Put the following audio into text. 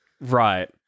Right